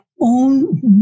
own